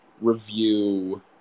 review